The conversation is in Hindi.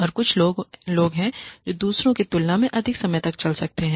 और कुछ लोग हैं जो दूसरों की तुलना में अधिक समय तक चल सकते हैं